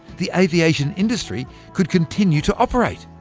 the aviation industry could continue to operate.